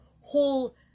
whole